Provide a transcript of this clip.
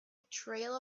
trail